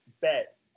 bet